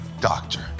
Doctor